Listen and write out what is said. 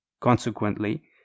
Consequently